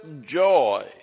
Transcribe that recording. joy